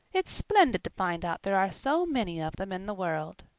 it's splendid to find out there are so many of them in the world.